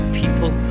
people